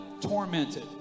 tormented